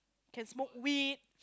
can smoke weed